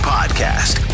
Podcast